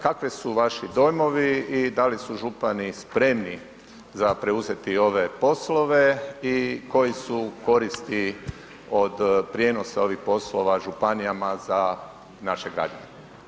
Kakvi su vaši dojmovi i da li su župani spremni za preuzeti ove poslove i koje su koristi od prijenosa ovih poslova županijama za naše građane?